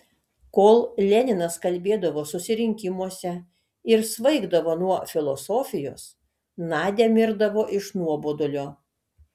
kol leninas kalbėdavo susirinkimuose ir svaigdavo nuo filosofijos nadia mirdavo iš nuobodulio